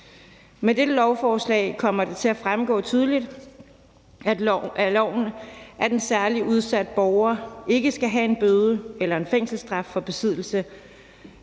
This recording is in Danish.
Med dette lovforslag kommer det til at fremgå tydeligt af loven, at en særligt udsat borger ikke skal have en bøde eller en fængselsstraf for besiddelse